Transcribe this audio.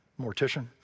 mortician